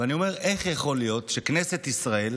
ואני אומר: איך יכול להיות שכנסת ישראל